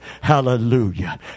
hallelujah